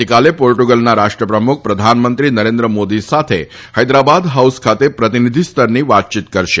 આવતીકાલે પોર્ટુગલના રાષ્ટ્રપ્રમુખ પ્રધાનમંત્રી નરેન્દ્ર મોદી સાથે હૈદરાબાદ હાઉસ ખાતે પ્રતિનિધિ સ્તરની વાતચીત કરશે